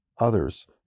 others